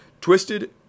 twisted